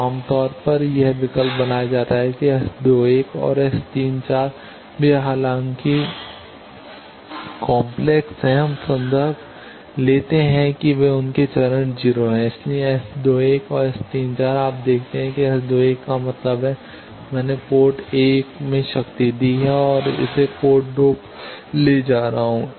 तो आम तौर पर यह विकल्प बनाया जाता है कि S 21 और S 34 वे हालांकि वे काम्प्लेक्स हैं हम संदर्भ लेते हैं कि वे उनके चरण हैं 0 इसलिए S 21 और S 34 आप देखते हैं कि S 21 का मतलब है कि मैंने पोर्ट 1 में शक्ति दी है इसे पोर्ट 2 पर ले जा रहा हूँ